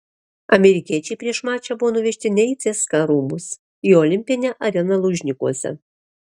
amerikiečiai prieš mačą buvo nuvežti ne į cska rūmus į olimpinę areną lužnikuose